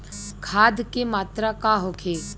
खाध के मात्रा का होखे?